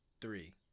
three